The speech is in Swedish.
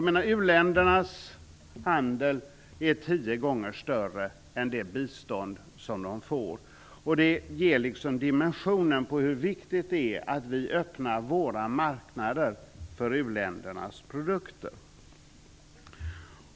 U ländernas handel är tio gånger större än det bistånd som de får, och det ger en dimension på hur viktigt det är att vi öppnar våra marknader för u-ländernas produkter.